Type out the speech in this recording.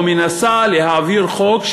או מנסה להעביר חוק,